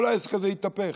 כל העסק הזה התהפך.